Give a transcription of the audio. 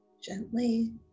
Gently